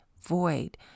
void